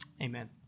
Amen